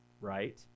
right